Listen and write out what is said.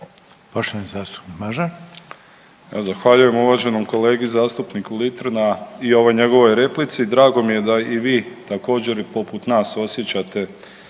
Nikola (HDZ)** Zahvaljujem uvaženom kolegi zastupniku Litri na i ovoj njegovoj replici. Drago mi je da i vi također poput nas osjećate